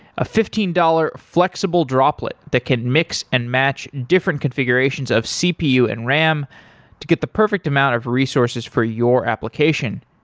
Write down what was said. a fifteen dollars flexible droplet that can mix and match different configurations of cpu and ram to get the perfect amount of resources for your application.